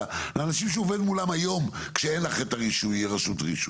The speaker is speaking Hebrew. עם האנשים שהוא עובד מולם היום כשאין לך את הרשות רישוי.